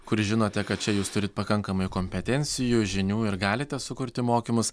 kur žinote kad čia jūs turit pakankamai kompetencijų žinių ir galite sukurti mokymus